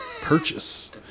Purchase